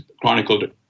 chronicled